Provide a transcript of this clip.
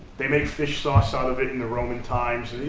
they make fish sauce out of it in the roman times,